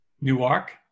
Newark